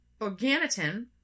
organotin